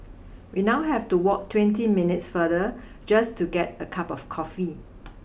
we now have to walk twenty minutes farther just to get a cup of coffee